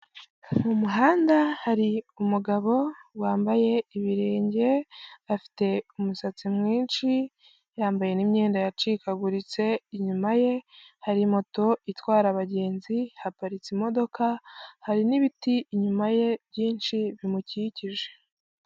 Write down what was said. Mu muhanda hari umugabo wambaye ibirenge afite umusatsi mwinshi yambaye imyenda yacikaguritse. Inyuma ye hari moto itwara abagenzi, haparitse imodoka, hari n'ibiti inyuma ye byinshi bimukikije.